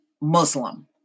Muslim